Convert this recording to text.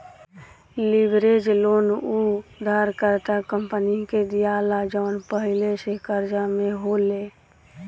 leverage loan उ उधारकर्ता company के दीआला जवन पहिले से कर्जा में होले